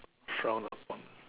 frowned upon